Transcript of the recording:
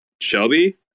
Shelby